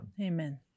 Amen